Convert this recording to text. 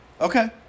Okay